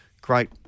great